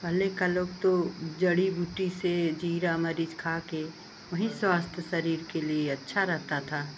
पहले का लोग तो जड़ी बूटी से ज़ीरा मिर्च खाकर वहीं स्वास्थ्यशरीर के लिए अच्छा रहता था